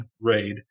raid